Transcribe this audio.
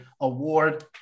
award